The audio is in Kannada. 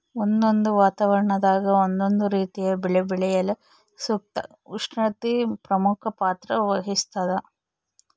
ಒಂದೊಂದು ವಾತಾವರಣದಾಗ ಒಂದೊಂದು ರೀತಿಯ ಬೆಳೆ ಬೆಳೆಯಲು ಸೂಕ್ತ ಉಷ್ಣತೆ ಪ್ರಮುಖ ಪಾತ್ರ ವಹಿಸ್ತಾದ